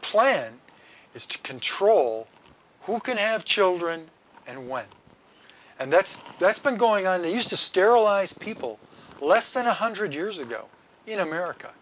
plan is to control who can have children and when and that's that's been going on they used to sterilize people less than one hundred years ago in america